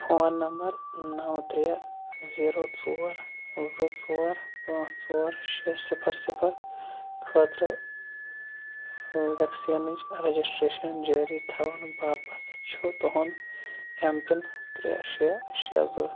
phone number نو ترٛےٚ zero ژور زٕ ژور پانٛژھ ژور شےٚ صِفر صِفر خٲطرٕ ویکسیٖنٕچ رجسٹریشن جٲری تھونہٕ باپتھ چھُ تُہنٛد ایم پِن ترٛےٚ شےٚ شےٚ زٕ